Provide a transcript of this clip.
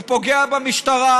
הוא פוגע במשטרה,